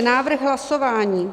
Návrh hlasování.